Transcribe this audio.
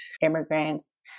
immigrants